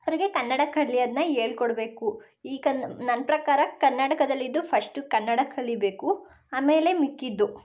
ಅವರಿಗೆ ಕನ್ನಡ ಕಲಿಯೋದ್ನ ಹೇಳ್ಕೊಡ್ಬೇಕು ಈ ಕನ್ ನನ್ನ ಪ್ರಕಾರ ಕರ್ನಾಟಕದಲ್ಲಿದ್ದು ಫಸ್ಟು ಕನ್ನಡ ಕಲೀಬೇಕು ಆಮೇಲೆ ಮಿಕ್ಕಿದ್ದು